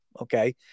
Okay